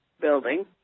building